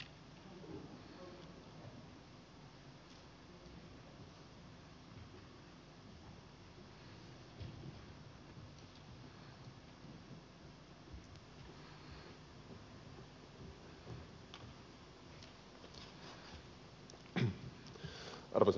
arvoisa puhemies